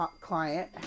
client